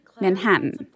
Manhattan